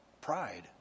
Pride